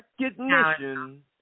Recognition